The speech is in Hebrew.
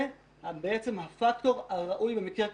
זה בעצם הפקטור הראוי במקרה כזה.